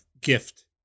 gift